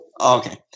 Okay